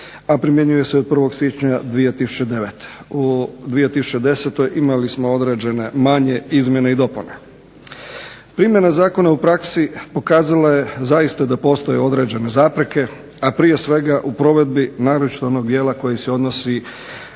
primjenjuje se od 1. siječnja 2009. U 2010. imali smo određene manje izmjene i dopune. Primjena zakona u praksi pokazala je zaista da postoje određene zapreke, a prije svega u provedbi naročito onog dijela koji se odnosi